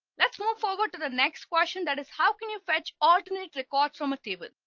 let's move forward to the next question. that is how can you fetch alternate record from a table.